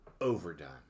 overdone